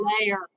layer